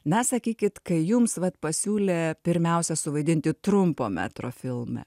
na sakykit kai jums vat pasiūlė pirmiausia suvaidinti trumpo metro filme